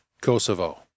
Kosovo